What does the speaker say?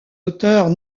auteurs